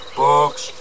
books